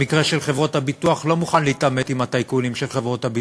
במקרה של חברות הביטוח לא מוכן להתעמת עם הטייקונים של חברות הביטוח,